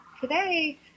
today